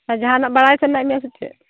ᱟᱨ ᱡᱟᱦᱟᱱᱟᱜ ᱵᱟᱲᱟᱭ ᱥᱟᱱᱟᱭᱮᱫ ᱢᱮᱭᱟ ᱥᱮ ᱪᱮᱫ